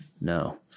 No